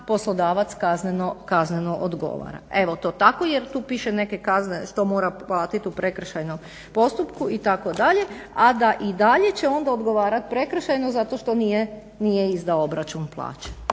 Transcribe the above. poslodavac kazneno odgovara. Evo to tako jel tu piše neke kazne što mora platiti u prekršajnom postupku itd. a da i dalje će onda odgovarati prekršajno zato što nije izdao obračun plaće.